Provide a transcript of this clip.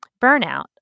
Burnout